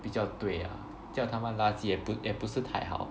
比较对 ah 叫他们垃圾也不也不是太好